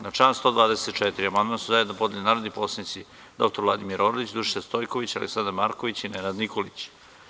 Na član 124. amandman su zajedno podneli narodni poslanici dr Vladimir Orlić, Dušica Stojković, Aleksandar Marković i Nenad Nikolić.